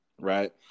Right